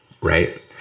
Right